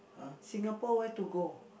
Singapore where to go